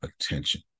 attention